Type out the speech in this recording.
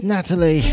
Natalie